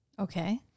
Okay